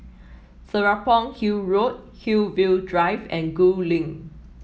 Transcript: Serapong Hill Road Hillview Drive and Gul Link